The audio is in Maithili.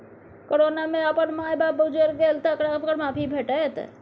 कोरोना मे अपन माय बाप गुजैर गेल तकरा कर माफी भेटत